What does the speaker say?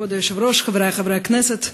כבוד היושב-ראש, חברי חברי הכנסת,